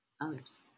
others